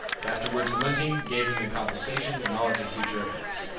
but afterwards relenting gave him in compensation the knowledge of future events.